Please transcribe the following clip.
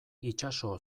itsaso